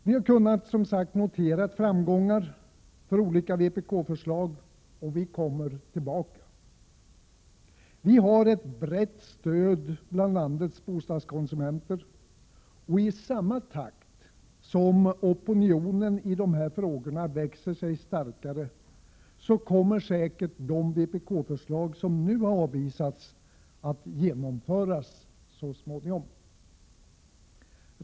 Vi har, som sagt, kunnat notera framgångar för olika vpk-förslag, och vi kommer tillbaka. Vi har ett brett stöd bland landets bostadskonsumenter, och i samma takt som opinionen i dessa frågor växer sig starkare kommer säkert de vpk-förslag som nu avvisas att genomföras. Herr talman!